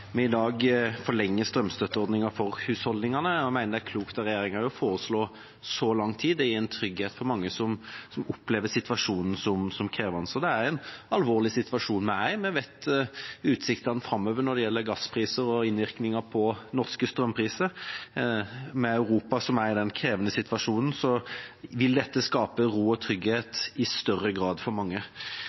vi i dag forlenger strømstøtteordningen for husholdningene, og jeg mener det er klokt av regjeringen å foreslo så lang tid. Det gir en trygghet for mange som opplever situasjonen som krevende. For det er en alvorlig situasjon vi er i, vi vet utsiktene framover når det gjelder gasspriser og innvirkningen på norske strømpriser, og med Europa som er i denne krevende situasjonen. Da vil dette skape ro og trygghet i større grad for mange.